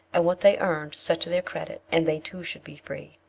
and what they earned set to their credit, and they too should be free.